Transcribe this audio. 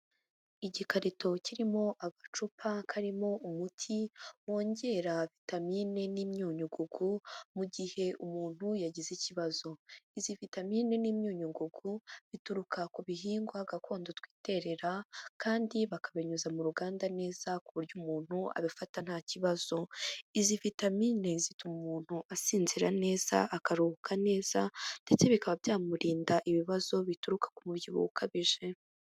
Igikarito kirimo agacupa karimo umuti wongera vitamine n'imyunyugugu mu gihe umuntu yagize ikibazo, izi vitamine n'imyunyu ngugu bituruka ku bihingwa gakondo twiterera kandi bakabinyuza mu ruganda neza ku buryo umuntu abifata nta kibazo. Izi vitamine zituma umuntu asinzira neza akaruhuka neza ndetse bikaba byamurinda ibibazo bituruka ku mubyibuho ukabije.